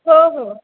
हो हो